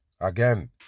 again